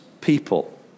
people